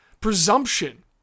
presumption